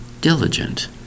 diligent